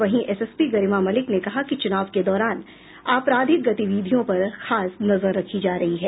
वहीं एसएसपी गरिमा मलिक ने कहा कि चुनाव के दौरान आपराधिक गतिविधियों पर खास नजर रखी जा रही है